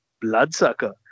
Bloodsucker